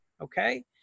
okay